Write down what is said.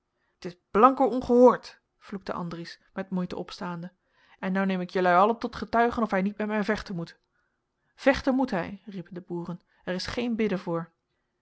t is ongehoord vloekte andries met moeite opstaande en nou neem ik jelui allen tot getuigen of hij niet met mij vechten moet vechten moet hij riepen de boeren er is geen bidden voor